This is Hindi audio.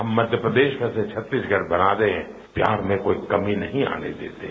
हम मध्य प्रदेश में से छत्तीसगढ़ बना दें प्यार में कोई कमी नही आने देते हैं